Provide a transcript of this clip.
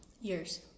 Years